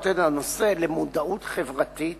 להעלות את הנושא למודעות חברתית,